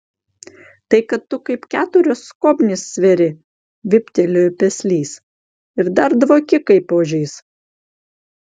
tai kad tu kaip keturios skobnys sveri vyptelėjo peslys ir dar dvoki kaip ožys